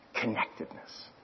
connectedness